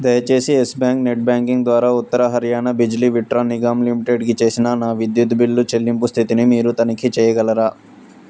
దయచేసి Yes Bank net banking ద్వారా ఉత్తర హర్యానా బిజిలీ విట్రాన్ నిగామ్ లిమిటెడ్కి చేసిన నా విద్యుత్ బిల్లు చెల్లింపు స్థితిని మీరు తనిఖీ చేయగలరా